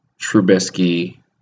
Trubisky